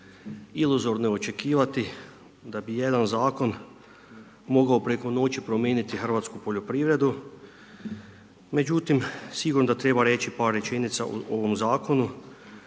Iluzorno je očekivati da bi jedan Zakon mogao preko noći promijeni hrvatsku poljoprivredu. Međutim, sigurno da treba reći par rečenica o ovom Zakonu,